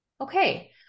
Okay